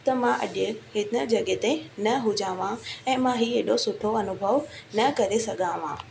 त मां अॼु हिन जॻहि ते न हुजाव आ ऐं मां हीउ हेॾो सुठो अनुभव न करे सघां मां